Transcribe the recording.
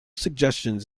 suggestions